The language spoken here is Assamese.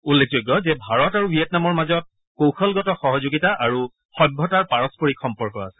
উল্লেখযোগ্য যে ভাৰত আৰু ভিয়েটনামৰ মাজত কৌশলগত সহযোগিতা আৰু সভ্যতাৰ পাৰস্পৰিক সম্পৰ্ক আছে